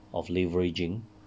of leveraging